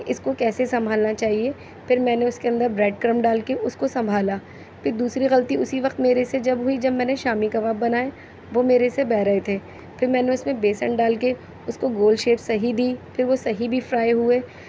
کہ اس کو کیسے سنبھالنا چاہئے پھر میں نے اس کے اندر بریڈ گم ڈال کے اس کو سنبھالا پھر دوسری غلطی اسی وقت میرے سے جب ہوئی جب میں نے شامی کباب بنائے وہ میرے سے بہہ رہے تھے پھر میں نے اس میں بیسن ڈال کے اس کو گول شیپ صحیح دی پھر وہ صحیح بھی فرائی ہوئے